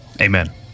Amen